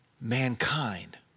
mankind